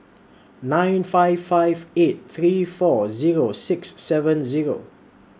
nine five five eight three four Zero six seven Zero